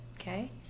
Okay